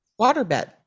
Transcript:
waterbed